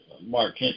Mark